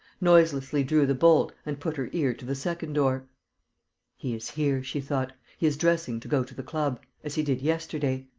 noiselessly drew the bolt and put her ear to the second door he is here, she thought. he is dressing to go to the club. as he did yesterday.